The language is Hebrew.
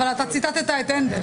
אבל אתה ציטטת את הנדל.